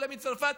עולה מצרפת.